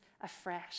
afresh